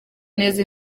neza